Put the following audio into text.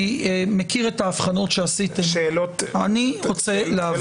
אני מכיר את ההבחנות שעשיתם --- שאלת חכם,